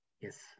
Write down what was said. Yes